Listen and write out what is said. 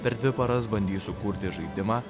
per dvi paras bandys sukurti žaidimą